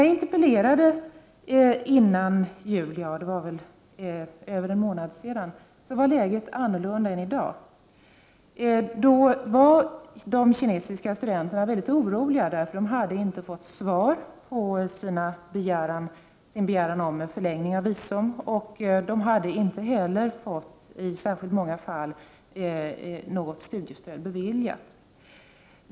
När jag före jul interpellerade — det var väl över en månad sedan — var läget ett annat än i dag. Då var de kinesiska studenterna mycket oroliga därför att de inte hade fått svar på sina framställningar om förlängning av visumen, och de hade inte heller i särskilt många fall fått något studiestöd beviljat.